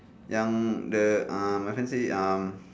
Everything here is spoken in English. yang the um my friend say the um